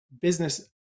business